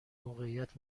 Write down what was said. موقعیت